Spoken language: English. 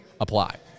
apply